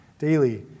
daily